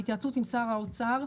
בהתייעצות עם שר האוצר,